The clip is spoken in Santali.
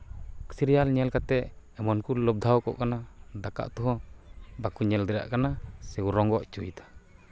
ᱥᱤᱨᱭᱟᱞ ᱧᱮᱞ ᱠᱟᱛᱮᱫ ᱮᱢᱚᱱ ᱠᱚ ᱞᱚᱵᱽᱫᱷᱟᱣ ᱠᱚᱜ ᱠᱟᱱᱟ ᱫᱟᱠᱟ ᱩᱛᱩ ᱦᱚᱸ ᱵᱟᱠᱚ ᱧᱮᱞ ᱫᱟᱲᱮᱭᱟᱜ ᱠᱟᱱᱟ ᱥᱮᱠᱚ ᱨᱚᱸᱜᱚ ᱦᱚᱪᱚᱭᱮᱫᱟ